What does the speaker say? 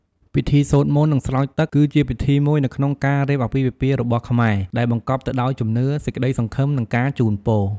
ពិធីសូត្រមន្ត និងស្រោចទឹក គឺជាពិធីមួយនៅក្នុងការរៀបអាពាហ៍ពិពាហ៍របស់ខ្មែរ ដែលបង្កប់ទៅដោយជំនឿ សេចក្តីសង្ឃឹម និងការជូនពរ។